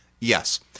yes